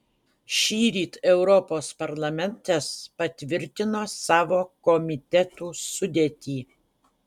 šįryt europos parlamentas patvirtino savo komitetų sudėtį